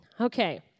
Okay